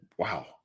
wow